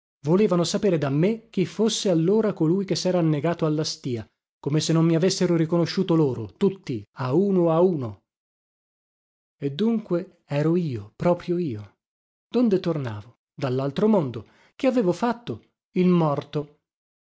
volevano sapere da me chi fosse allora colui che sera annegato alla stìa come se non mi avessero riconosciuto loro tutti a uno a uno e dunque ero io proprio io donde tornavo dallaltro mondo che avevo fatto il morto